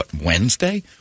Wednesday